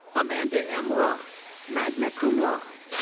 amanda m. roth, magna cum laude.